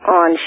on